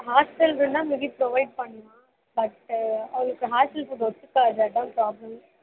ஹாஸ்ட்டல்க்குனா maybe provide பண்ணலாம் but அவளுக்கு கொஞ்சம் ஃபுட் ஒத்துக்காது அதுதான் ப்ராப்ளம்